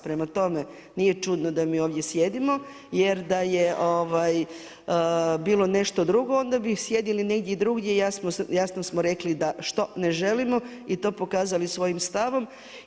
Prema tome, nije čudno da mi ovdje sjedimo, jer da je bilo nešto drugo onda bi sjedili negdje drugdje i jasno smo rekli da što ne želimo i to pokazali svojim stavom.